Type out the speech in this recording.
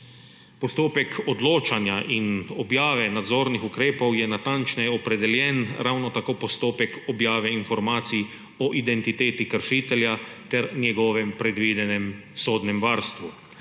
postopek odločanja in objave nadzornih ukrepov je natančneje opredeljen, ravno tako postopek objave informacij o identiteti kršitelja ter njegovem predvidenem sodnem varstvu.